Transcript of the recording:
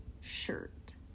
shirt